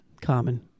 Common